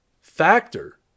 factor